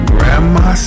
Grandma